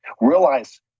Realize